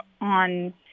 on